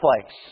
place